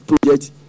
project